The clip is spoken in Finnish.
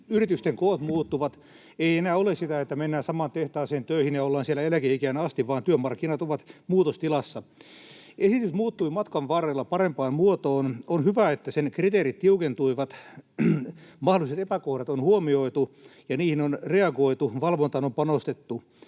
yritysten koot muuttuvat, ei enää ole sitä, että mennään samaan tehtaaseen töihin ja ollaan siellä eläkeikään asti, vaan työmarkkinat ovat muutostilassa. Esitys muuttui matkan varrella parempaan muotoon. On hyvä, että sen kriteerit tiukentuivat, mahdolliset epäkohdat on huomioitu ja niihin on reagoitu, valvontaan on panostettu.